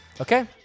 Okay